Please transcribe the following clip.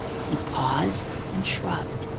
he paused and shrugged.